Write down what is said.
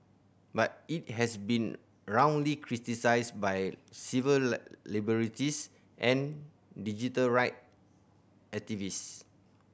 but it has been roundly criticised by civil liberties and digital right activists